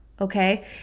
Okay